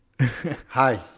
Hi